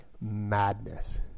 madness